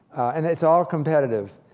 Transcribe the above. and it's all competitive,